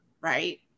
Right